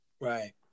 Right